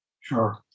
Sure